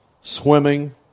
swimming